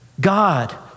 God